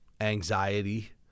anxiety